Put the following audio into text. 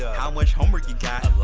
how much homework you got?